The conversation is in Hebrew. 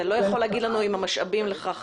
אתה לא יכול להגיד אם המשאבים לכך